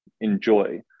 enjoy